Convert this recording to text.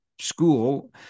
school